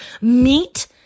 meat